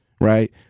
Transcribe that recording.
right